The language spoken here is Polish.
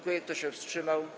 Kto się wstrzymał?